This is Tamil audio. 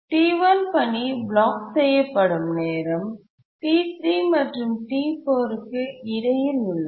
T1 பணி பிளாக் செய்யப்படும் நேரம் T3 மற்றும் T4 க்கு இடையில் உள்ளது